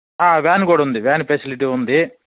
van కూడుంది van facility ఉంది